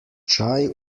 čaj